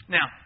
Now